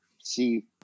see